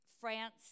France